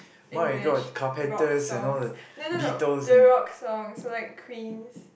English rock songs no no no the rock songs so like queens